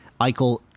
Eichel